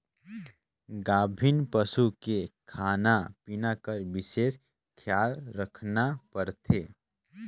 गाभिन पसू के खाना पिना कर बिसेस खियाल रखना परथे